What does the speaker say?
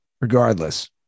Regardless